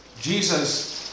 Jesus